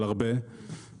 הרבה יבואני צמיגים,